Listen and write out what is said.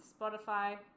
spotify